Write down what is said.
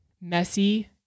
Messy